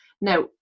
Now